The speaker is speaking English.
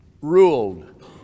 ruled